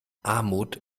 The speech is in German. armut